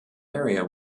area